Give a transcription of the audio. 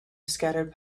scattered